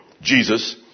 Jesus